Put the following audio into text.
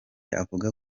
avuga